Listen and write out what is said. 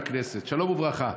בכנסת: "שלום וברכה,